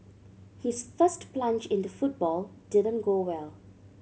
his first plunge into football didn't go well